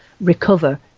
recover